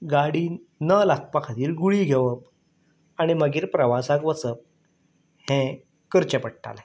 गाडीन न लागपा खातीर गुळी घेवप आनी मागीर प्रवासाक वचप हें करचें पडटालें